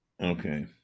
Okay